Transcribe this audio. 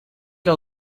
era